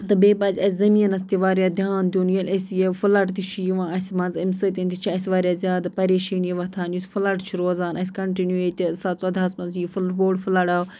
تہٕ بیٚیہِ پَزِ اَسہِ زٔمیٖنَس تہِ واریاہ دھیان دیُن ییٚلہِ اَسہِ یہِ فٔلَڈ تہِ چھِ یِوان اَسہِ منٛزٕ اَمہِ سۭتٮ۪ن تہِ چھِ اَسہِ واریاہ زیادٕ پریشٲنی وۄتھان یُس فٔلَڈ چھُ روزان اَسہِ کَنٹِنیٛوٗ ییٚتہِ زٕ ساس ژۄدہاس منٛز یہِ فُلڈ بوٚڈ فَٔڈو